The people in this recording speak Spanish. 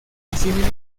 asimismo